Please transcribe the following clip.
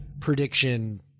prediction